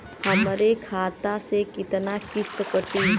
हमरे खाता से कितना किस्त कटी?